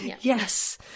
yes